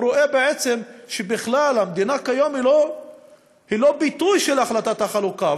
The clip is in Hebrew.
הוא רואה בעצם שבכלל המדינה כיום היא לא ביטוי של החלטת החלוקה,